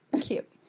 cute